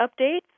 updates